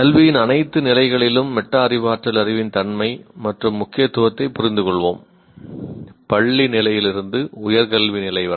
கல்வியின் அனைத்து நிலைகளிலும் மெட்டா அறிவாற்றல் அறிவின் தன்மை மற்றும் முக்கியத்துவத்தைப் புரிந்துகொள்வோம் - பள்ளி நிலையிலிருந்து உயர் கல்வி நிலை வரை